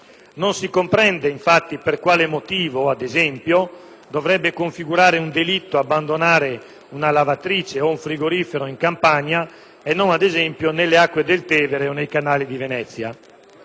Non si comprende, ad esempio, per quale motivo dovrebbe configurare un delitto abbandonare una lavatrice o un frigorifero in Campania e non nelle acque del Tevere o nei canali di Venezia.